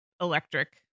Electric